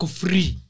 free